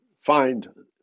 find